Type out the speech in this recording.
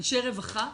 אנשי רווחה.